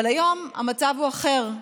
אבל היום המצב הוא אחר,